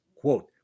quote